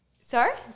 Sorry